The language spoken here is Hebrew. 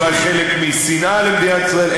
אולי חלק משנאה למדינת ישראל,